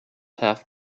half